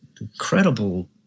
incredible